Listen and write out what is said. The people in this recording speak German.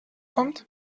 kommt